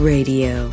Radio